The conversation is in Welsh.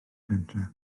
pentre